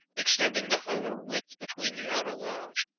extending the whole width between the outer walls.